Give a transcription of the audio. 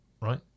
Right